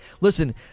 Listen